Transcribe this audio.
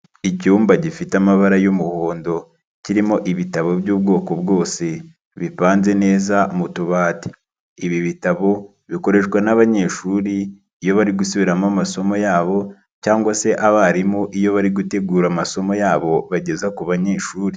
Icyumba gifite amabara y'umuhondo kirimo ibitabo by'ubwoko bwose bipanze neza mu tubati, ibi bitabo bikoreshwa n'abanyeshuri, iyo bari gusubiramo amasomo yabo cyangwa se abarimu iyo bari gutegura amasomo yabo bageza ku banyeshuri.